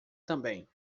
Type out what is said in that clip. também